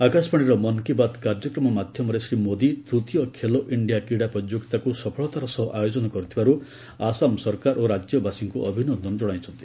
ଆକାଶବାଣୀର 'ମନ୍ କି ବାତ୍' କାର୍ଯ୍ୟକ୍ରମ ମାଧ୍ୟମରେ ଶ୍ରୀ ମୋଦି ତୃତୀୟ ଖେଲୋ ଇଣ୍ଡିଆ କ୍ରୀଡ଼ା ପ୍ରତିଯୋଗିତାକୁ ସଫଳତାର ସହ ଆୟୋଜନ କରିଥିବାରୁ ଆସାମ ସରକାର ଓ ରାଜ୍ୟବାସୀଙ୍କୁ ଅଭିନନ୍ଦନ ଜଣାଇଛନ୍ତି